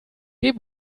dem